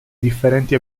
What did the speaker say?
differenti